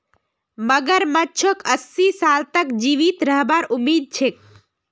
मगरमच्छक अस्सी साल तक जीवित रहबार उम्मीद छेक